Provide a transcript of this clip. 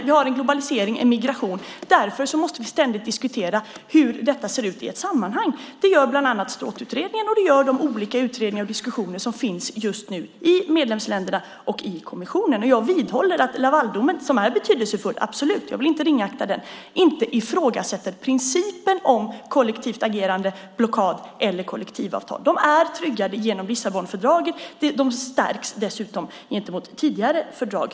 Vi har en globalisering och migration. Därför måste vi ständigt diskutera hur det ser ut i ett sammanhang. Det gör bland annat Stråthutredningen, och det gör man i de olika diskussioner och utredningar som sker just nu i medlemsländerna och kommissionen. Jag vidhåller att Lavaldomen - som är betydelsefull, jag vill inte ringakta den - inte ifrågasätter principen om kollektivt agerande, blockad eller kollektivavtal. De är tryggade genom Lissabonfördraget. De stärks dessutom gentemot tidigare fördrag.